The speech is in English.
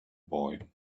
boy